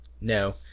No